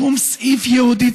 שום סעיף ייעודי,